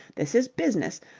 this is business.